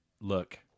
Look